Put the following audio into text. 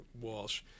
Walsh